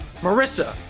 Marissa